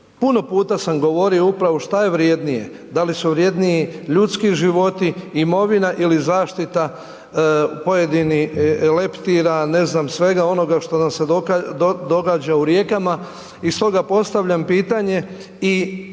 Puno puta sam govorio upravo šta je vrijednije, da li su vrjedniji ljudski životi, imovina ili zaštita pojedinih leptira, ne znam svega onoga što nam se događa u rijekama. I stoga postavljam pitanje i